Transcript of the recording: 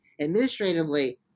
administratively